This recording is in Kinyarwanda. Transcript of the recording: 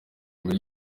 muri